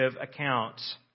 accounts